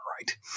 right